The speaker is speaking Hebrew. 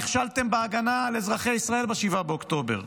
נכשלתם בהגנה על אזרחי ישראל ב-7 באוקטובר,